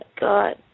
God